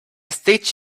stitch